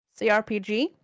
CRPG